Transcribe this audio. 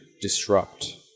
disrupt